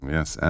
Yes